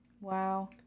Wow